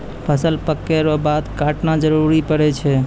फसल पक्कै रो बाद काटना जरुरी पड़ै छै